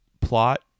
plot